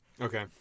Okay